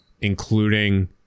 including